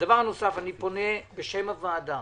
דבר נוסף אני פונה בשם הוועדה